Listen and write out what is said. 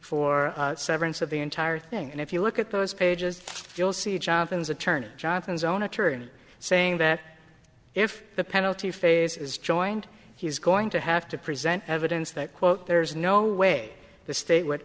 for severance of the entire thing and if you look at those pages you'll see johnson's attorney johnson's own attorney saying that if the penalty phase is joined he's going to have to present evidence that quote there is no way the state would